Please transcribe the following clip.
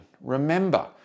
remember